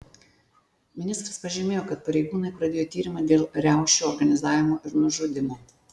ministras pažymėjo kad pareigūnai pradėjo tyrimą dėl riaušių organizavimo ir nužudymo